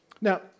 Now